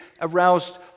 aroused